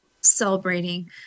celebrating